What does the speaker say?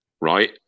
right